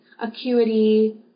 Acuity